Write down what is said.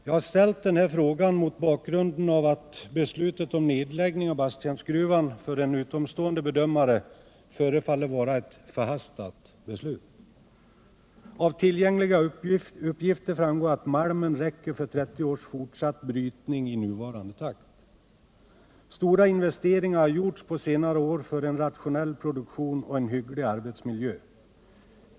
Jag har ställt den här frågan mot bakgrunden av att beslutet om nedläggning av Basttjärnsgruvan för en utomstående bedömare förefaller vara förhastat. Av tillgängliga uppgifter framgår att malmen räcker till 30 års fortsatt brytning i nuvarande takt. Stora investeringar har gjorts på senare år för en rationell produktion och en hygglig arbetsmiljö.